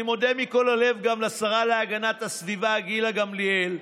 אני מודה מכל הלב גם לשרה להגנת הסביבה גילה גמליאל,